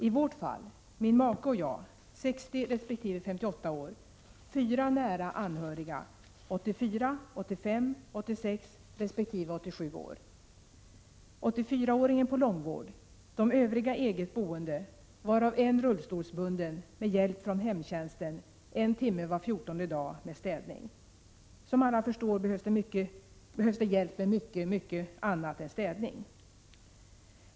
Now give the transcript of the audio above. I vårt fall, min make och jag, 60 resp. 58 år, fyra nära anhöriga, 84, 85, 86 resp. 87 år. 84-åringen på långvård, de övriga eget boende, varav en rullstolsbunden med hjälp från hemtjänsten en timme var 14:e dag med städning. Som alla förstår behövs det hjälp med mycket, mycket annat än städning.